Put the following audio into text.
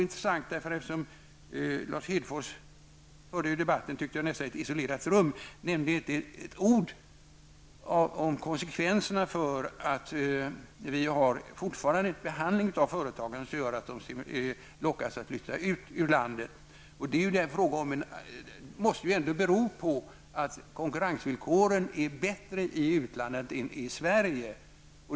Lars Hedfors förde debatten nästan i ett slutet rum och nämnde inte ett ord om att vi fortfarande har en behandling av företagen som får till konsekvens att de lockas att flytta ut ur landet. Det måste ju bero på att konkurrensvillkoren är bättre i utlandet än i Sverige.